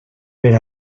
per